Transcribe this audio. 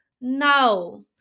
no